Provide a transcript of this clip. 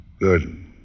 Good